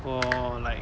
我 like